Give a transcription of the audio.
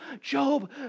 Job